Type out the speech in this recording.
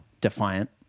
defiant